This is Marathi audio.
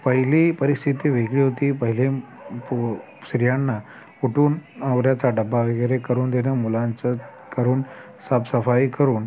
पहिली परिस्थिती वेगळी होती पहिले म पु स्त्रियांना उठून नवऱ्याचा डबा वगैरे करून देणं मुलांचं करून साफसफाई करून